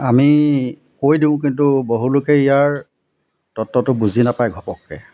আমি কৈ দিওঁ কিন্তু বহুলোকে ইয়াৰ তত্বটো বুজি নাপায় ঘপককৈ